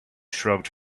shrugged